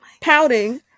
pouting